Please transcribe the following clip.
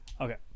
okay